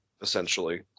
essentially